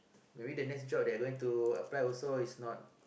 maybe the next job they are going to apply is not